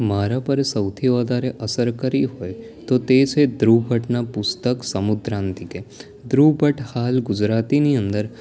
મારા પર સૌથી વધારે અસર કરી હોય તો તે છે ધ્રુવ ભટ્ટનાં પુસ્તક સમુદ્રાન્તિકે ધ્રુવભટ્ટ હાલ ગુજરાતીની અંદર